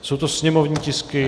Jsou to sněmovní tisky...